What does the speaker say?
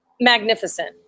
Magnificent